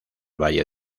valle